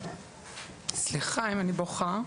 סליחה אם אני בוכה.